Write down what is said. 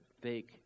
fake